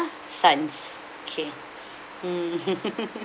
sons okay mm